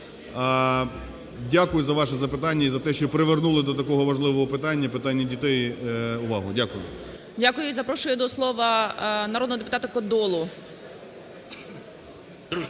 Дякую за ваше запитання і за те, що привернули до такого важливого питання, питання дітей, увагу. Дякую. ГОЛОВУЮЧИЙ. Дякую. І запрошую до слова народного депутата Кодолу.